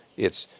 it's,